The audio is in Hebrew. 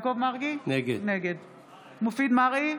נגד מופיד מרעי,